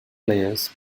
players